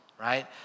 right